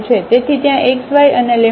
તેથી ત્યાં xy અને છે